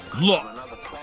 Look